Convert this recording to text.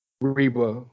Reba